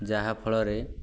ଯାହାଫଳରେ